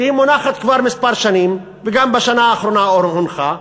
שמונחת כבר כמה שנים, וגם בשנה האחרונה הונחה,